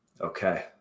Okay